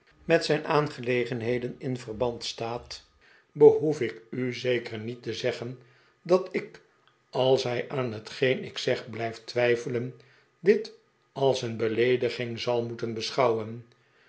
met zijn aangetegenheden in verband staat behoef ik u zeker niet te zeggen dat ik als hij aan hetgeen ik zeg blijft twijfelen dit als een beleediging zal moeten beschouwen